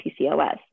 PCOS